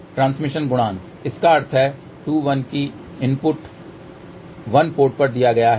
transmission गुणांक इसका अर्थ है 2 1 कि इनपुट 1 पोर्ट पर दिया गया है